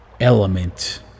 element